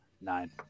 Nine